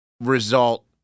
result